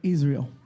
Israel